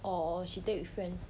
or she take with friends